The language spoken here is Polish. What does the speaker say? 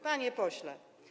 Panie pośle.